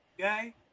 Okay